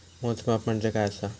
मोजमाप म्हणजे काय असा?